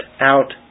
out